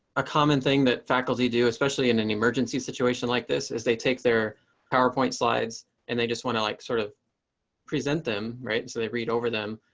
a common thing that faculty do, especially in an emergency situation like this, is they take their powerpoint slides and they just want to like sort of present them. right. so they read over them.